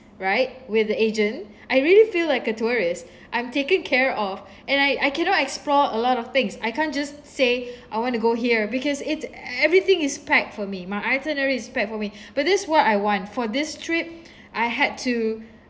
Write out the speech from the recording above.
right with the agent I really feel like a tourist I'm taken care of and I I cannot explore a lot of things I can't just say I want to go here because it's e~ everything is packed for me my itinerary is packed for me but this is what I want for this trip I had to